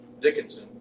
Dickinson